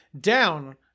down